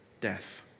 death